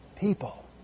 people